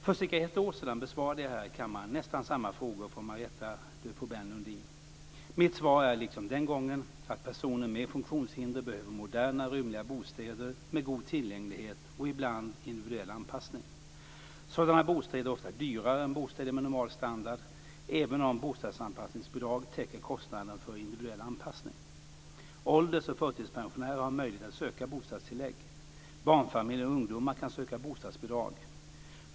För cirka ett år sedan besvarade jag här i kammaren nästan samma frågor från Marietta de Pourbaix Lundin. Mitt svar är liksom den gången att personer med funktionshinder behöver moderna rymliga bostäder med god tillgänglighet och ibland individuell anpassning. Sådana bostäder är ofta dyrare än bostäder med normal standard, även om bostadsanpassningsbidrag täcker kostnaden för individuell anpassning. Ålders och förtidspensionärer har möjlighet att söka bostadstillägg. Barnfamiljer och ungdomar kan söka bostadsbidrag.